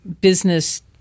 business